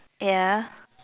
ya